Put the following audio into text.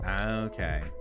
Okay